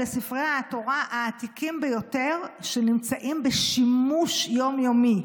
אלה ספרי התורה העתיקים ביותר שנמצאים בשימוש יום-יומי,